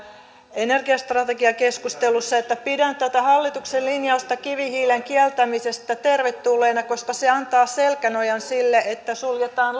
energiastrategiakeskustelussa että pidän tätä hallituksen linjausta kivihiilen kieltämisestä tervetulleena koska se antaa selkänojan sille että suljetaan